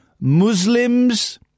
Muslims